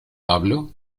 hablo